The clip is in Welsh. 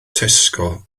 tesco